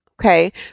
Okay